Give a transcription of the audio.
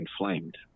inflamed